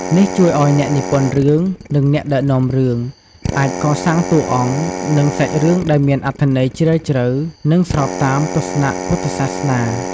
នេះជួយឲ្យអ្នកនិពន្ធរឿង និងអ្នកដឹកនាំរឿងអាចកសាងតួអង្គ និងសាច់រឿងដែលមានអត្ថន័យជ្រាលជ្រៅ និងស្របតាមទស្សនៈពុទ្ធសាសនា។